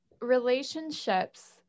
relationships